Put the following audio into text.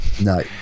No